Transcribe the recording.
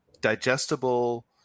digestible